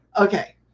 Okay